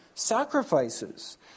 sacrifices